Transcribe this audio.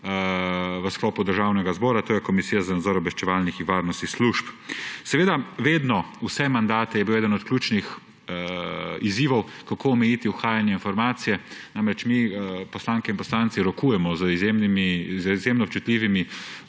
v sklopu Državnega zbora, to je Komisija za nadzor obveščevalnih in varnostnih služb. Seveda, vedno, vse mandate je bil eden od ključnih izzivov, kako omejiti uhajanje informacij, namreč, mi poslanke in poslanci rokujemo z izjemno občutljivimi